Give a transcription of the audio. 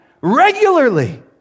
regularly